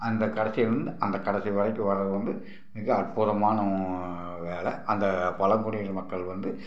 அந்தக் கடைசியிலேருந்து அந்தக் கடைசி வரைக்கும் வர்றது வந்து மிக அற்புதமான வேலை அந்த பழங்குடியினர் மக்கள் வந்து